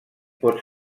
pot